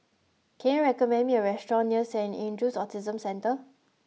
can you recommend me a restaurant near Saint Andrew's Autism Centre